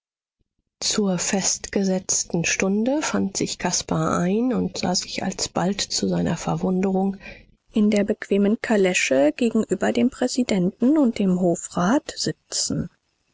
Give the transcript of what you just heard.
zur festgesetzten stunde fand sich caspar ein und sah sich alsbald zu seiner verwunderung in der bequemen kalesche gegenüber dem präsidenten und dem hofrat sitzen